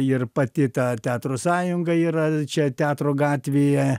ir pati ta teatro sąjunga yra čia teatro gatvėje